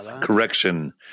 correction